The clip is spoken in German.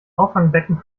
auffangbecken